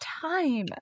time